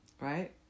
right